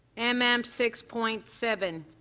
and mm um six point seven.